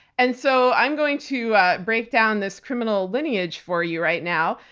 and so i'm going to break down this criminal lineage for you right now.